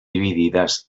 dividides